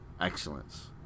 excellence